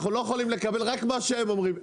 אנחנו לא יכולים לקבל רק מה שהם אומרים.